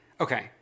Okay